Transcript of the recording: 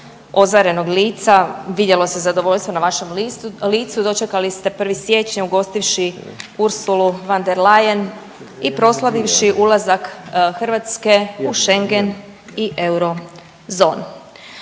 ozarenog lica, vidjelo se zadovoljstvo na vašem licu. Dočekali ste 1. siječnja ugostivši Ursulu von der Leyen i proslavivši ulazak Hrvatske u Schengen i eurozonu.